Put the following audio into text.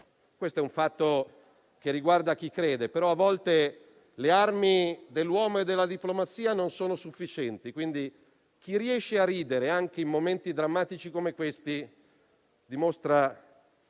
Questo è un fatto che riguarda chi crede, però a volte le armi dell'uomo e della diplomazia non sono sufficienti, quindi chi riesce a ridere anche in momenti drammatici come questi dimostra